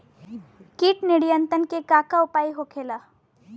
कीट नियंत्रण के का उपाय होखेला?